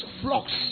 flocks